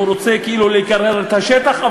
הוא רוצה כאילו לקרר את השטח,